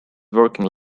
working